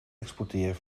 exporteren